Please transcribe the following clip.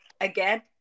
again